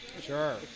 Sure